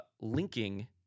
linking